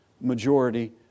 majority